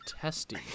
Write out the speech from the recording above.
testy